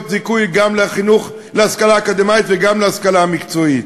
זיכוי גם להשכלה האקדמית וגם להשכלה המקצועית.